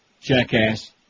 jackass